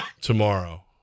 tomorrow